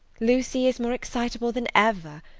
lucy is more excitable than ever,